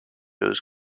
was